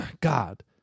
God